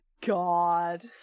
god